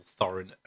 Thorin